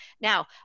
Now